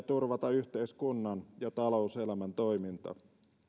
turvata yhteiskunnan ja talouselämän toiminta